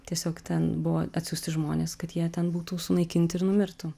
tiesiog ten buvo atsiųsti žmonės kad jie ten būtų sunaikinti ir numirtų